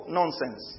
Nonsense